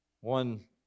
One